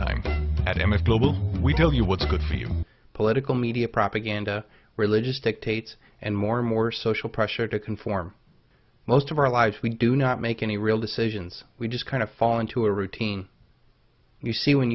time at m f global we tell you what's good for you political media propaganda religious dictates and more and more social pressure to conform most of our lives we do not make any real decisions we just kind of fall into a routine you see when